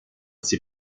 ses